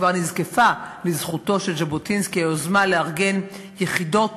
כבר נזקפה לזכותו של ז'בוטינסקי היוזמה לארגן יחידות